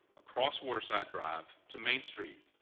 across waterside drive to main street,